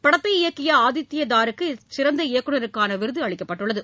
படத்தை இயக்கிய ஆதித்ய தாருக்கு சிறந்த இயக்குநருக்கான விருது அளிக்கப்பட்டுள்ளது